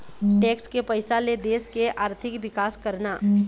tax के पइसा ले देश के आरथिक बिकास करना